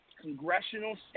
congressional